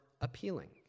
appealing